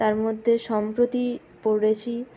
তার মধ্যে সম্প্রতি পড়েছি